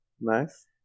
Nice